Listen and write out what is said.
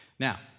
Now